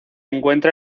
encuentra